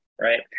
right